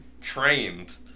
trained